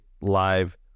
live